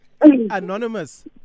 anonymous